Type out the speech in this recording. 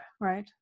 right